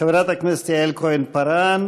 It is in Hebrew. חברת הכנסת יעל כהן-פארן.